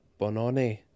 Bononi